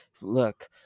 Look